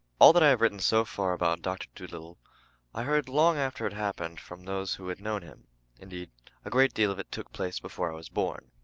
all that i have written so far about doctor dolittle i heard long after it happened from those who had known him indeed a great deal of it took place before i was born.